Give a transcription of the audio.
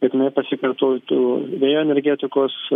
kad jinai pasikartotų vėjo energetikos